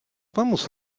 vamos